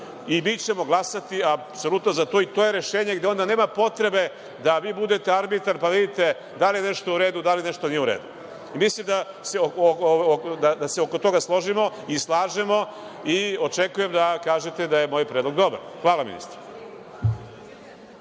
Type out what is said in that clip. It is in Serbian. i mi ćemo glasati apsolutno za to, i to je rešenje gde onda nema potrebe da vi budete arbitar, pa vidite da li je nešto u redu, da li nešto nije u redu? Mislim da se oko toga složimo i slažemo i očekujem da kažete da je moj predlog dobar. Hvala, ministre.